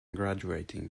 graduating